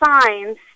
signs